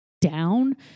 down